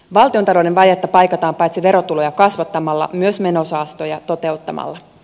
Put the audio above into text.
valtiontalouden vajetta paikataan paitsi verotuloja kasvattamalla myös menosäästöjä toteuttamalla